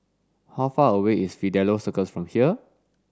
how far away is Fidelio Circus from here